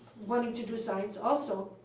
wanting to do science also.